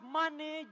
money